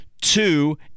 Two